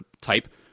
type